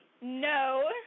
no